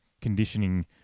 conditioning